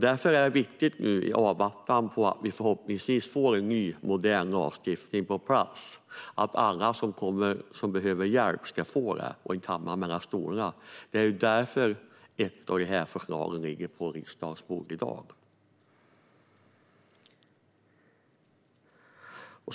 I avvaktan på att vi får en ny, modern lagstiftning är det därför viktigt att alla som behöver hjälp ska få det och inte hamnar mellan stolarna. Det är därför ett av dessa förslag ligger på riksdagens bord i dag.